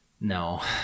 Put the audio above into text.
No